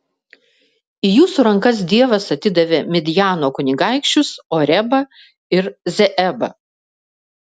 į jūsų rankas dievas atidavė midjano kunigaikščius orebą ir zeebą